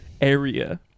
area